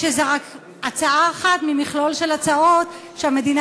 שזו רק הצעה אחת ממכלול של הצעות שהמדינה